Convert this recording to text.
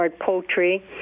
Poultry